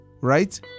right